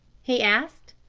he asked.